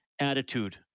attitude